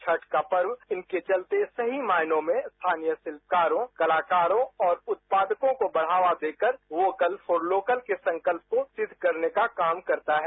छठ का पर्व इसके चलते सही मायनों में स्थानीय शिल्पकारों कलाकारों और उत्पादकों को बढ़ावा देकर वोकल फॉर लोकल के संकल्प को सिद्ध करने का काम करता है